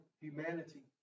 humanity